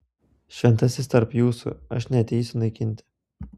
šventasis tarp jūsų aš neateisiu naikinti